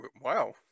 wow